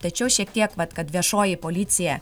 tačiau šiek tiek vat kad viešoji policija